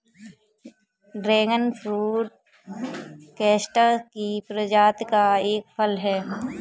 dragon fruit cactus की प्रजाति का एक फल है